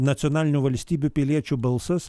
nacionalinių valstybių piliečių balsas